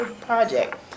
project